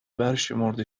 برشمرده